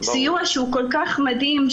סיוע שהוא כל כך מדהים,